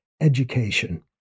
education